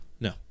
no